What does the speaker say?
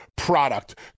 product